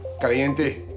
Caliente